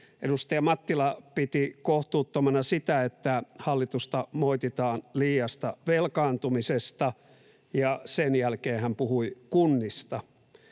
Edustaja Mattila piti kohtuuttomana sitä, että hallitusta moititaan liiasta velkaantumisesta, ja sen jälkeen hän puhui kunnista.